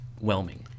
whelming